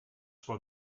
for